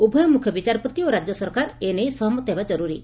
ଉଭୟ ମୁଖ୍ୟବିଚାରପତି ଓ ରାଜ୍ୟ ସରକାର ଏ ନେଇ ସହମତ ହେବା ଜରୁରୀ